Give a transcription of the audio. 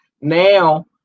Now